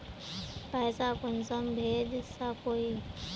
पैसा कुंसम भेज सकोही?